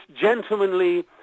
gentlemanly